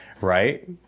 Right